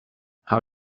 how